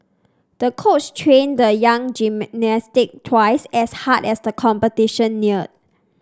the coach trained the young gymnast twice as hard as the competition neared